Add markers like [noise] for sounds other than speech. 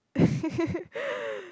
[laughs]